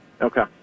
Okay